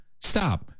Stop